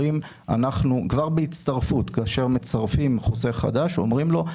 כאשר מצרפים חוסך חדש אומרים לו,